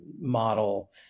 model